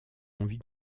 envie